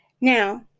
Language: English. Now